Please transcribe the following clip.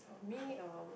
for me um